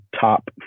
top